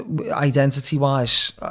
Identity-wise